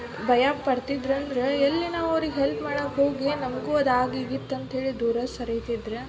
ಭಯ ಪಡ್ತಿದ್ರು ಅಂದ್ರೆ ಎಲ್ಲಿ ನಾವು ಅವ್ರಿಗೆ ಹೆಲ್ಪ್ ಮಾಡಕ್ಕೆ ಹೋಗಿ ನಮಗೂ ಅದು ಅಂತ ಹೇಳಿ ದೂರ ಸರೀತಿದ್ರು